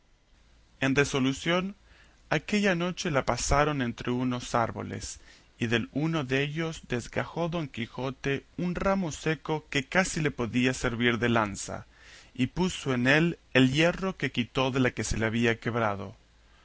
en resolución aquella noche la pasaron entre unos árboles y del uno dellos desgajó don quijote un ramo seco que casi le podía servir de lanza y puso en él el hierro que quitó de la que se le había quebrado